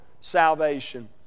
salvation